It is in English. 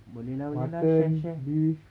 boleh lah boleh lah share share